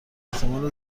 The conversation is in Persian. احتمال